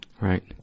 Right